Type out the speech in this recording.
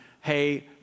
hey